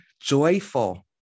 joyful